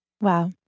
Wow